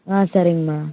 ஆ சரிங்கம்மா